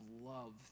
love